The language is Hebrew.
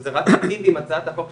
שזה רק מטיב עם הצעת החוק,